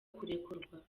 kurekurwa